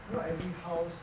not every house